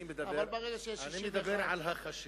אני מדבר על החשיבה.